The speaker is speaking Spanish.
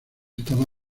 estaba